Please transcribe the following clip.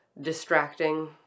distracting